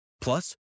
Plus